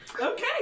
okay